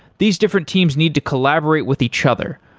these different teams need to collaborate with each other,